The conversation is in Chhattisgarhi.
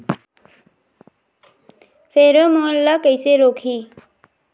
फेरोमोन ला कइसे रोकही?